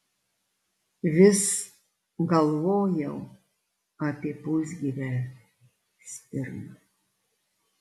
vis galvojau apie pusgyvę stirną